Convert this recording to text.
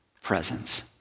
presence